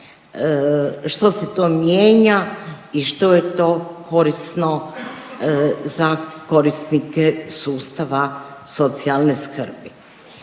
što se to mijenja i što je to korisno za korisnike sustava socijalne skrbi.